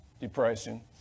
depression